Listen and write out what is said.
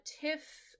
Tiff